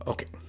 Okay